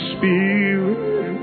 Spirit